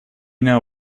know